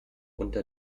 unter